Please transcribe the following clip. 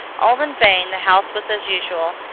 all in vain the house was as usual,